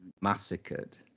massacred